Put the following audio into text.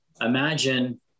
Imagine